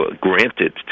granted